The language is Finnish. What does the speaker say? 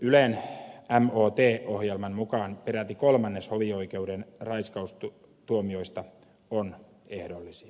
ylen mot ohjelman mukaan peräti kolmannes hovioikeuden raiskaustuomioista on ehdollisia